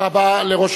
תודה רבה לראש